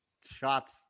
shots